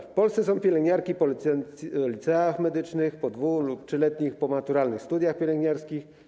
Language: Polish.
W Polsce są pielęgniarki po liceach medycznych, po 2- lub 3-letnich pomaturalnych studiach pielęgniarskich.